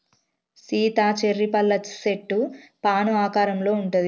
Sita cherry పళ్ళ సెట్టు fan ఆకారంలో ఉంటది